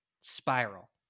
spiral